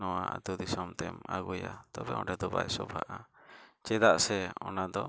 ᱱᱚᱣᱟ ᱟᱹᱛᱩᱼᱫᱤᱥᱚᱢᱛᱮᱢ ᱟᱹᱜᱩᱭᱟ ᱛᱚᱵᱮ ᱚᱸᱰᱮ ᱫᱚ ᱵᱟᱭ ᱥᱳᱵᱷᱟᱜᱼᱟ ᱪᱮᱫᱟᱜ ᱥᱮ ᱚᱱᱟ ᱫᱚ